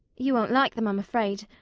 you won't like them, i'm afraid.